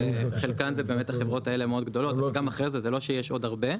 חלקן זה באמת החברות האלה מאוד גדולות גם אחרי זה לא שיש עוד הרבה,